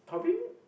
probably